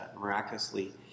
miraculously